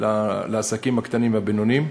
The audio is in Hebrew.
הציבורי לעסקים הקטנים והבינוניים,